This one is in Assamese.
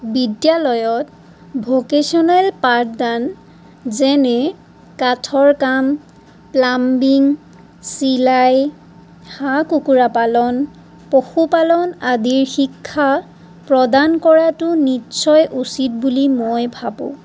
বিদ্যালয়ত ভকেচনেল পাঠদান যেনে কাঠৰ কাম প্লাম্বিং চিলাই হাঁহ কুকুৰা পালন পশুপালন আদিৰ শিক্ষা প্ৰদান কৰাটো নিশ্চয় উচিত বুলি মই ভাবোঁ